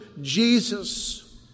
Jesus